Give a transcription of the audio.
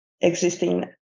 existing